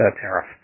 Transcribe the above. tariff